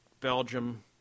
Belgium